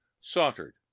sauntered